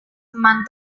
teman